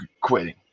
quitting